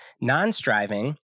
non-striving